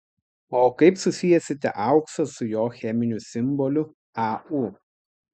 o kaip susiesite auksą su jo cheminiu simboliu au